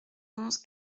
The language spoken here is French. onze